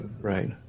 Right